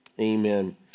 Amen